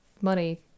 money